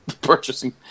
Purchasing